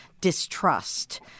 distrust